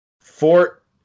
Fort